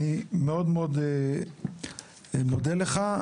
אני מאוד מאוד מודה לך.